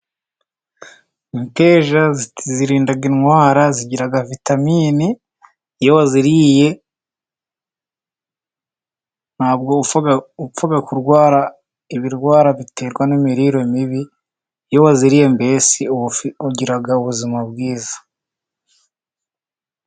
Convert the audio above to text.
Imiteja irinda indwara igira vitamini, iyo wariye ntabwo upfa kurwara ibirwara biterwa n'imirire mibi, iyo wayiriye mbese ugira ubuzima bwiza.